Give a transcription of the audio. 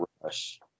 rush